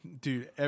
dude